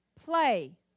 Play